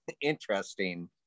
interesting